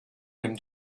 him